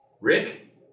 Rick